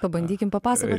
pabandykim papasakot